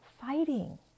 fighting